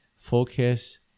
focus